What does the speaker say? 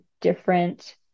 different